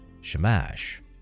Shamash